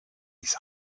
his